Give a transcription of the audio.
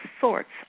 sorts